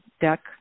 deck